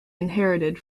inherited